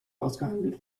ausgehandelt